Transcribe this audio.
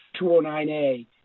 209A